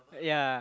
yeah